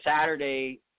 Saturday